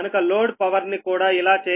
కనుక load power ని కూడా ఇలా చేయవచ్చు